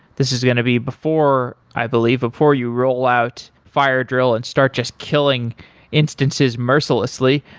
this is going to be before i believe before you roll out fire drill and start just killing instances mercilessly,